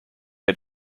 had